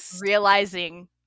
realizing